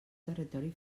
territori